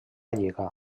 lliga